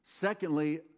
secondly